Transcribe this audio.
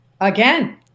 Again